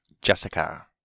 Jessica